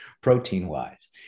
protein-wise